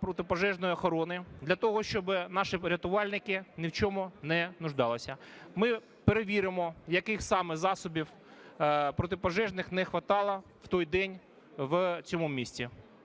протипожежної охорони для того, щоб наші рятувальники ні в чому не нуждались. Ми перевіримо, яких саме засобів протипожежних не хватало в той день в цьому місці.